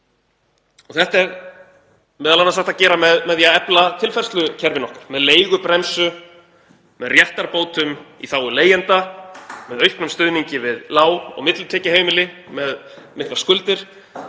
Þetta er meðal annars hægt að gera með því að efla tilfærslukerfin okkar, með leigubremsu og réttarbótum í þágu leigjenda, með auknum stuðningi við lág- og millitekjuheimili með miklar skuldir.